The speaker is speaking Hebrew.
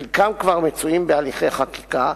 חלקם כבר מצויים בהליכי חקיקה,